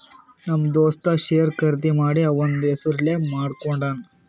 ನಮ್ ದೋಸ್ತ ಶೇರ್ ಖರ್ದಿ ಮಾಡಿ ಅವಂದ್ ಹೆಸುರ್ಲೇ ಮಾಡ್ಕೊಂಡುನ್